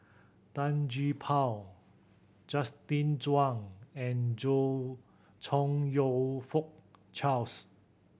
Tan Gee Paw Justin Zhuang and Chong You Fook Charles